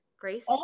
Grace